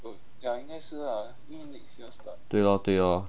对咯对咯